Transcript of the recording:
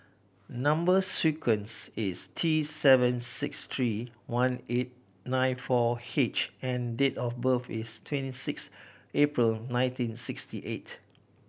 number sequence is T seven six three one eight nine four H and date of birth is twenty six April nineteen sixty eight